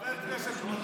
שחבר כנסת,